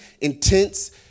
intense